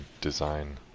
design